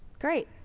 great.